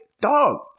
dog